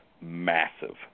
massive